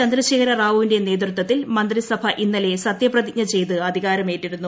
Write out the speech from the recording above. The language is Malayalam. ചന്ദ്രശേഖര റാവുവിന്റെ നേതൃത്വത്തിൽ മന്ത്രിസഭ ഇന്നലെ സത്യപ്രതിജ്ഞ ചെയ്ത് അധികാരമേറ്റിരുന്നു